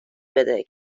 بده